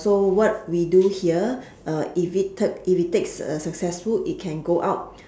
so what we do here uh if it ta~ if it takes uh successful it can go out